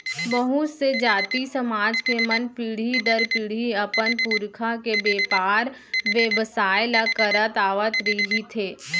बहुत से जाति, समाज के मन पीढ़ी दर पीढ़ी अपन पुरखा के बेपार बेवसाय ल करत आवत रिहिथे